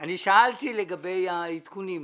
אני שאלתי לגבי העדכונים,